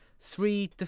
three